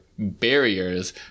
barriers